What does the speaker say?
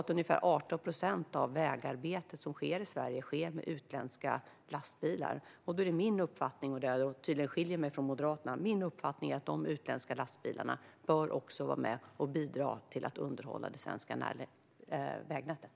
Ungefär 18 procent av vägarbetena i Sverige sker med utländska lastbilar. Min uppfattning, som tydligen skiljer sig från Moderaternas, är att dessa utländska lastbilar bör vara med och bidra till att underhålla det svenska vägnätet.